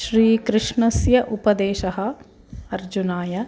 श्रीकृष्णस्य उपदेशः अर्जुनाय